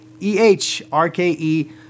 E-H-R-K-E